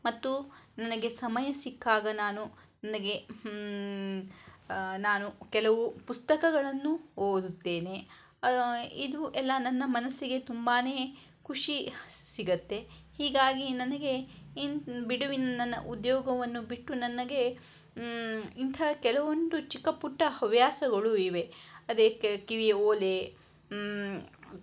ಮತ್ತು ನನಗೆ ಸಮಯ ಸಿಕ್ಕಾಗ ನಾನು ನನಗೆ ನಾನು ಕೆಲವು ಪುಸ್ತಕಗಳನ್ನು ಓದುತ್ತೇನೆ ಇದು ಎಲ್ಲ ನನ್ನ ಮನಸ್ಸಿಗೆ ತುಂಬಾ ಖುಷಿ ಸಿಗುತ್ತೆ ಹೀಗಾಗಿ ನನಗೆ ಏನು ಬಿಡುವಿನ ನನ್ನ ಉದ್ಯೋಗವನ್ನು ಬಿಟ್ಟು ನನಗೆ ಇಂತಹ ಕೆಲವೊಂದು ಚಿಕ್ಕ ಪುಟ್ಟ ಹವ್ಯಾಸಗಳು ಇವೆ ಅದೇ ಕ ಕಿವಿಯ ಓಲೆ